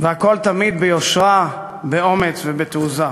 והכול תמיד ביושרה, באומץ ובתעוזה.